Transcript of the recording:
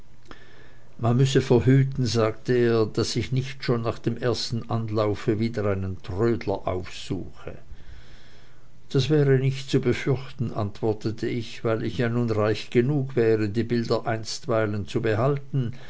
man müsse verhüten sagte er daß ich nicht schon nach dem ersten anlaufe wieder einen trödler aufsuche das wäre nicht zu befürchten antwortete ich weil ich ja nun reich genug wäre die bilder für einstweilen zu behalten